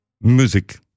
music